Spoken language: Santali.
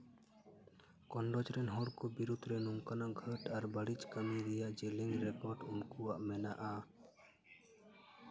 ᱠᱳᱱᱰᱳᱡᱽ ᱨᱮᱱ ᱦᱚᱲᱠᱚ ᱵᱤᱨᱳᱫᱷ ᱨᱮ ᱱᱚᱝᱠᱟᱱᱟᱜ ᱜᱷᱟᱴ ᱟᱨ ᱵᱟᱹᱲᱤᱡ ᱠᱟᱹᱢᱤ ᱨᱮᱭᱟᱜ ᱡᱮᱞᱮᱧ ᱨᱮᱠᱚᱨᱰ ᱩᱱᱠᱩᱣᱟᱜ ᱢᱮᱱᱟᱜᱼᱟ